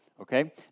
okay